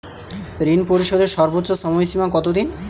ঋণ পরিশোধের সর্বোচ্চ সময় সীমা কত দিন?